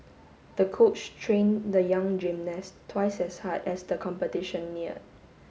the coach trained the young gymnast twice as hard as the competition neared